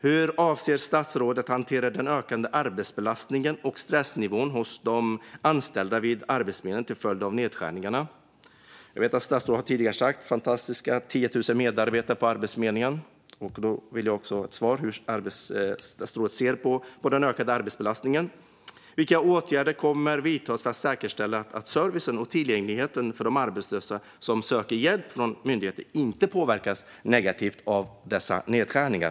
Hur avser statsrådet att hantera den ökande arbetsbelastningen och stressnivån hos de anställda vid Arbetsförmedlingen till följd av nedskärningarna? Jag vet att statsrådet har talat om de 10 000 fantastiska medarbetarna på Arbetsförmedlingen, och därför vill jag ha svar på hur statsrådet ser på den ökade arbetsbelastningen. Vilka åtgärder kommer att vidtas för att säkerställa att servicen och tillgängligheten för de arbetslösa som söker hjälp från myndigheten inte påverkas negativt av dessa nedskärningar?